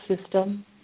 system